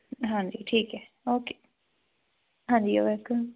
ਹਾਂਜੀ ਠੀਕ ਹੈ ਓਕੇ ਹਾਂਜੀ ਵੈਲਕਮ